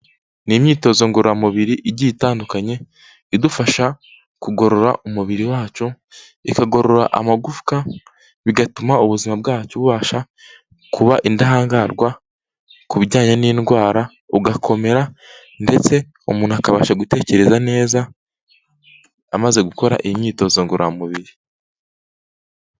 Ni imyitozo ngororamubiri igiye itandukanye idufasha kugorora umubiri wacu, ikagorora amagufwa bigatuma ubuzima bwacu bubasha kuba indahangarwa ku bijyanye n'indwara ugakomera ndetse umuntu akabasha gutekereza neza amaze gukora iyi myitozo ngororamubiri.